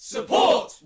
Support